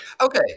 okay